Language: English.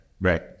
right